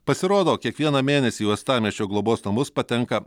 pasirodo kiekvieną mėnesį į uostamiesčio globos namus patenka